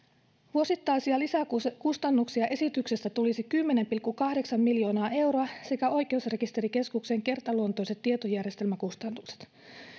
vuosittaisia lisäkustannuksia esityksestä tulisi kymmenen pilkku kahdeksan miljoonaa euroa sekä oikeusrekisterikeskuksen kertaluontoiset tietojärjestelmäkustannukset